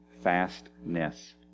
fastness